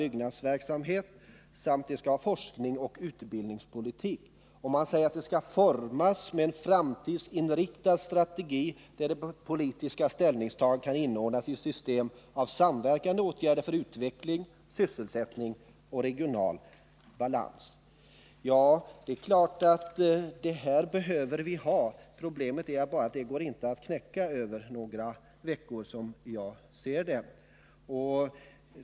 byggnadsverksamheten samt forskningsoch utvecklingspolitiken måste formas med utgångspunkt i en framtidsinriktad strategi, där politiska ställningstaganden kan inordnas i ett system av samverkande åtgärder för utveckling, sysselsättning och regional balans.” Detta behöver vi naturligtvis göra. Problemet är att det inte går att knäcka på några veckor, som jag ser det.